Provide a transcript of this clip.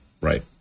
right